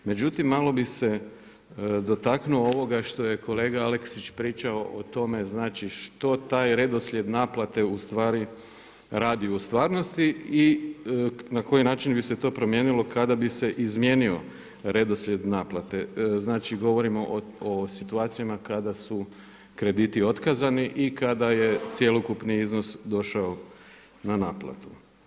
Međutim, malo bih se dotaknuo ovoga što je kolega Aleksić pričao o tome što taj redoslijed naplate ustvari radi u stvarnosti i na koji način bi se to promijenilo kada bi se izmijenio redoslijed naplate, znači govorimo o situacijama kada su krediti otkazani i kada je cjelokupni iznos došao na naplatu.